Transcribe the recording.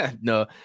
no